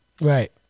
right